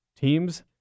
teams